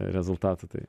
rezultatų tai